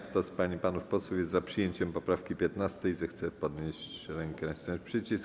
Kto z pań i panów posłów jest za przyjęciem poprawki 15., zechce podnieść rękę i nacisnąć przycisk.